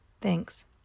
Thanks